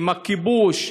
אם הכיבוש,